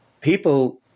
people